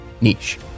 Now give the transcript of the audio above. niche